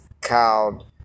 called